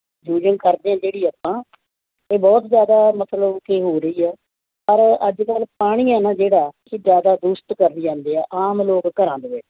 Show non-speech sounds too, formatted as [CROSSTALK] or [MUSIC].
[UNINTELLIGIBLE] ਕਰਦੇ ਜਿਹੜੀ ਆਪਾਂ ਇਹ ਬਹੁਤ ਜਿਆਦਾ ਮਤਲਬ ਕੀ ਹੋ ਰਹੀ ਹ ਪਰ ਅੱਜ ਕੱਲ੍ਹ ਪਾਣੀ ਆ ਨਾ ਜਿਹੜਾ ਇਹ ਜ਼ਿਆਦਾ ਦੂਸ਼ਿਤ ਕਰੀ ਜਾਂਦੇ ਆ ਆਮ ਲੋਕ ਘਰਾਂ ਦੇ ਵਿੱਚ